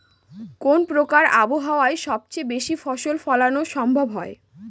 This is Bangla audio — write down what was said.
কোন প্রকার আবহাওয়ায় সবচেয়ে বেশি ফসল ফলানো সম্ভব হয়?